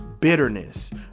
bitterness